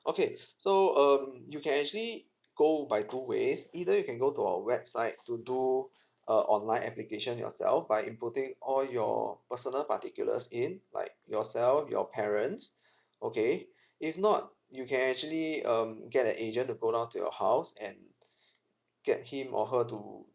okay so um you can actually go by two ways either you can go to our website to do uh online application yourself by inputting all your personal particulars in like yourself your parents okay if not you can actually um get an agent to go down to your house and get him or her to